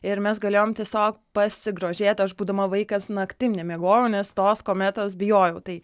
ir mes galėjom tiesiog pasigrožėt aš būdama vaikas naktim nemiegojau nes tos kometos bijojau tai